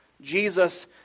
Jesus